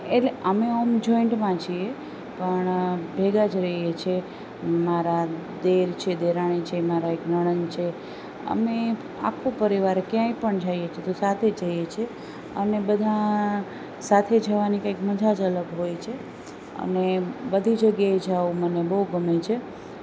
એટલે અમે આમ જોઇન્ટમાં છીએ પણ ભેગાં જ રહીએ છીએ મારા દીયર છે દેરાણી છે એક નણંદ છે અમે આખું પરિવાર ક્યાંય પણ જઈએ છીએ તો સાથે જ જઈએ છીએ અને બધાં સાથે જવાની કંઇક મઝા જ અલગ હોય છે અને બધી જગ્યાએ જવું મને બહુ ગમે છે